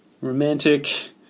romantic